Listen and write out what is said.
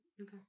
Okay